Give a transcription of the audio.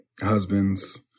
husbands